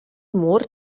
mur